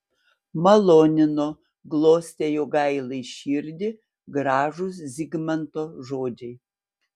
malonino glostė jogailai širdį gražūs zigmanto žodžiai